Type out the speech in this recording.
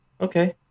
Okay